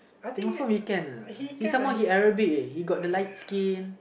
also weekend uh he some more he aerobic uh he got the light skin